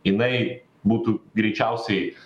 jinai būtų greičiausiai